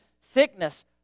sickness